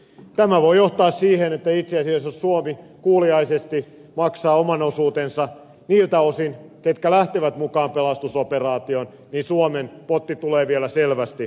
tämä voi johtaa siihen että itse asiassa jos suomi kuuliaisesti maksaa oman osuutensa niiltä osin jotka lähtevät mukaan pelastusoperaatioon suomen potti tulee vielä selvästi kasvamaan